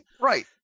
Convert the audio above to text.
Right